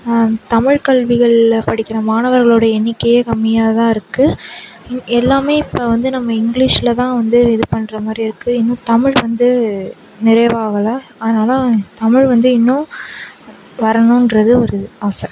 தமிழ் கல்விகளில் படிக்கிற மாணவர்களோட எண்ணிக்கையே கம்மியாக தான் இருக்கு எ எல்லாமே இப்போ வந்து நம்ம இங்கிலிஷில் தான் வந்து இது பண்ணுற மாதிரி இருக்கு இன்னும் தமிழ் வந்து நிறைவாகல அதனால தமிழ் வந்து இன்னும் வரணுன்றது ஒரு ஆசை